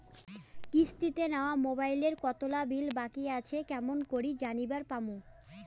কিস্তিতে নেওয়া মোবাইলের কতোলা বিল বাকি আসে কেমন করি জানিবার পামু?